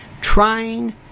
trying